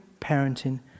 parenting